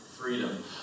freedom